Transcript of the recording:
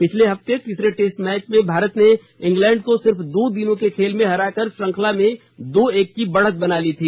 पिछले हफ्ते तीसरे टेस्ट मैच में भारत ने इंग्लैंड को सिर्फ दो दिनों के खेल में हराकर श्रृंखला में दो एक की बढ़त बना ली थी